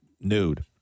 nude